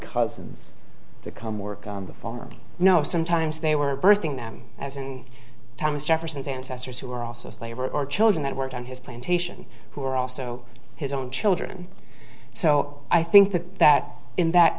cousins the come work on the farm or no sometimes they were birthing them as in thomas jefferson's ancestors who were also slave or or children that worked on his plantation who were also his own children so i think that that in that